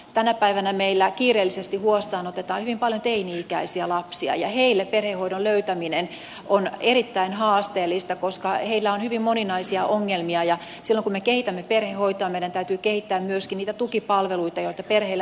tänä päivänä meillä kiireellisesti huostaanotetaan hyvin paljon teini ikäisiä lapsia ja heille perhehoidon löytäminen on erittäin haasteellista koska heillä on hyvin moninaisia ongelmia ja silloin kun me kehitämme perhehoitoa meidän täytyy kehittää myöskin niitä tukipalveluita joita perheille annetaan